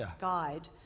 guide